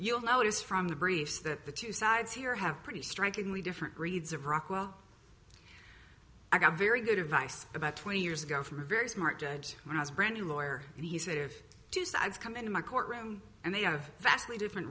you'll notice from the briefs that the two sides here have pretty strikingly different grades of rockwell i got very good advice about twenty years ago from a very smart judge when i was brand new lawyer and he said if two sides come into my courtroom and they have vastly different